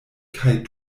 kaj